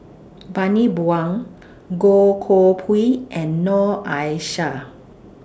Bani Buang Goh Koh Pui and Noor Aishah